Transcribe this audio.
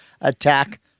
attack